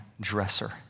dresser